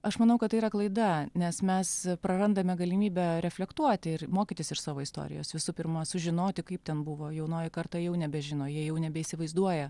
aš manau kad tai yra klaida nes mes prarandame galimybę reflektuoti ir mokytis iš savo istorijos visų pirma sužinoti kaip ten buvo jaunoji karta jau nebežino jie jau nebeįsivaizduoja